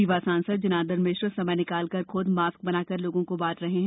रीवा सांसद जनार्दन मिश्र समय निकालकर खुद मास्क बनाकर लोगों को बांट रहे हैं